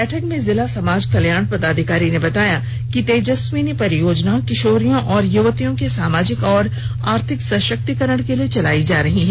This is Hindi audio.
बैठक में जिला समाज कल्याण पदाधिकारी ने बताया कि तेजस्विनी परियोजना किशोरियों और युवतियों के सामाजिक एवं आर्थिक सशक्तिकरण के लिए चलाई जा रही है